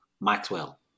Maxwell